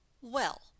Well